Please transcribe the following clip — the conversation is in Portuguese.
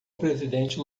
presidente